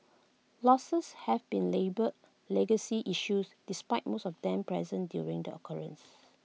losses have been labelled legacy issues despite most of them present during the occurrences